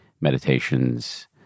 meditations